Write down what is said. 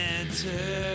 enter